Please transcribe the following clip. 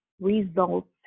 results